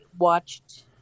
watched